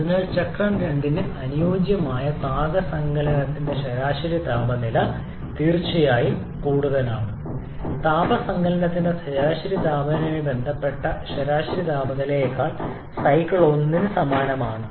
അതിനാൽ ചക്രം 2 ന് അനുയോജ്യമായ താപ സങ്കലനത്തിന്റെ ശരാശരി താപനില തീർച്ചയായും കൂടുതലാണ് താപ സങ്കലനത്തിന്റെ ശരാശരി താപനിലയുമായി ബന്ധപ്പെട്ട ശരാശരി താപനിലയേക്കാൾ സൈക്കിൾ 1 ന് സമാനമാണ്